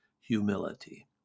humility